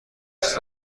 دوست